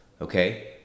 okay